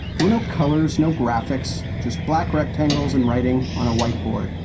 there were no colors, no graphics. just black rectangles and writing on a whiteboard.